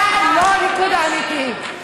אתה לא הליכוד האמיתי.